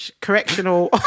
correctional